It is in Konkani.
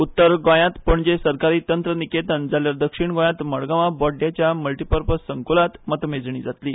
उत्तर गोंयात पणजे सरकारी तंत्रनिकेतन जाल्यार दक्षिण गोंयात मडगवां बोड्ड्याच्या मल्टीपर्पज संकुलात मतमेजणी जातली